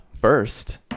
first